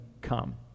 come